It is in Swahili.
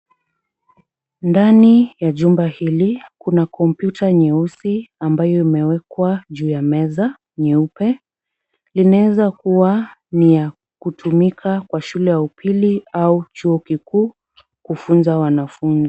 Ndani ya jumba hili kuna kompyuta nyeusi ambayo imewekwa juu ya meza nyeupe. Inaezakuwa ni ya kutumika kwa shule ya upili au chuo kikuu kufunza wanafunzi.